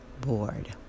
board